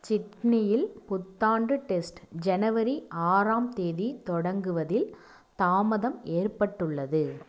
சிட்னியில் புத்தாண்டு டெஸ்ட் ஜனவரி ஆறாம் தேதி தொடங்குவதில் தாமதம் ஏற்பட்டுள்ளது